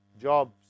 jobs